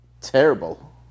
terrible